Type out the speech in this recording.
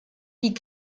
die